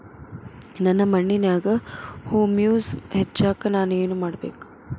ನನ್ನ ಮಣ್ಣಿನ್ಯಾಗ್ ಹುಮ್ಯೂಸ್ ಹೆಚ್ಚಾಕ್ ನಾನ್ ಏನು ಮಾಡ್ಬೇಕ್?